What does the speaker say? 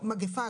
מגיפה,